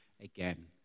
again